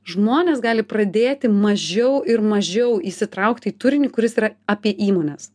žmonės gali pradėti mažiau ir mažiau įsitraukti į turinį kuris yra apie įmones